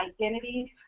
identities